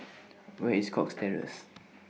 Where IS Cox Terrace